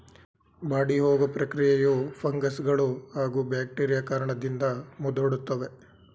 ಬಾಡಿಹೋಗೊ ಪ್ರಕ್ರಿಯೆಯು ಫಂಗಸ್ಗಳೂ ಹಾಗೂ ಬ್ಯಾಕ್ಟೀರಿಯಾ ಕಾರಣದಿಂದ ಮುದುಡ್ತವೆ